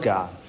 God